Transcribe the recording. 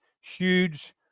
huge